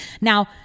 Now